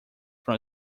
from